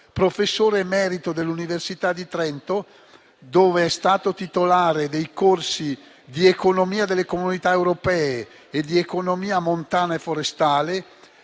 professore emerito dell'Università di Trento, dov'è stato titolare dei corsi di economia delle comunità europee e di economia montana e forestale.